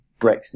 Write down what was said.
Brexit